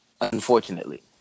unfortunately